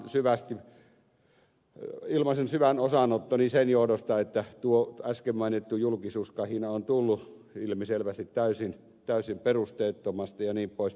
ensinnäkin minä ilmaisen syvän osanottoni sen johdosta että tuo äsken mainittu julkisuuskahina on tullut ilmiselvästi täysin perusteettomasti jnp